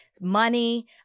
money